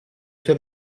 sue